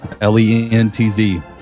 L-E-N-T-Z